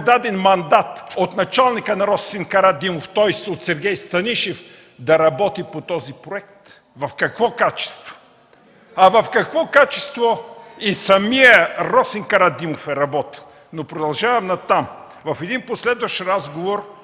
даден мандат от началника на Росен Карадимов, тоест от Сергей Станишев, да работи по този проект? В какво качество? В какво качество и самият Росен Карадимов е работил? Продължавам нататък. В един последващ разговор